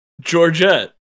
Georgette